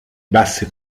basse